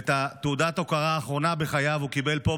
ואת תעודת ההוקרה האחרונה בחייו הוא קיבל פה,